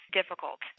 difficult